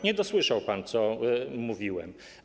Nie dosłyszał pan, co mówiłem.